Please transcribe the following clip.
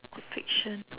fiction